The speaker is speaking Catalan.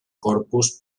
corpus